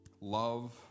love